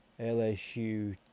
LSU